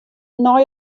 nei